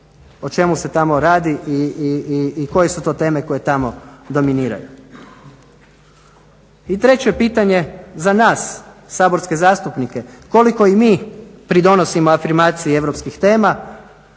o čemu se tamo radi i koje su to teme koje tamo dominiraju. I treće pitanje za nas saborske zastupnike koliko i mi pridonosimo afirmaciji europskih tema,